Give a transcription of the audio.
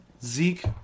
Zeke